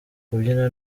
kubyina